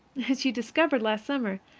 as you discovered last summer,